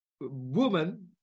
woman